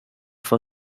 for